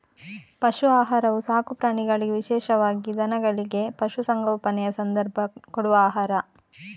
ಪಶು ಆಹಾರವು ಸಾಕು ಪ್ರಾಣಿಗಳಿಗೆ ವಿಶೇಷವಾಗಿ ದನಗಳಿಗೆ, ಪಶು ಸಂಗೋಪನೆಯ ಸಂದರ್ಭ ಕೊಡುವ ಆಹಾರ